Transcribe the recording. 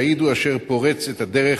השהיד הוא אשר פורץ את הדרך,